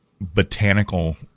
botanical –